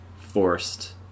forced